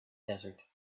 desert